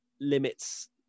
limits